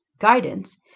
Guidance